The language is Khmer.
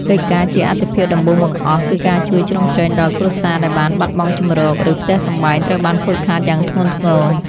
កិច្ចការជាអាទិភាពដំបូងបង្អស់ គឺការជួយជ្រោមជ្រែងដល់គ្រួសារដែលបានបាត់បង់ជម្រក ឬផ្ទះសម្បែងត្រូវបានខូចខាតយ៉ាងធ្ងន់ធ្ងរ។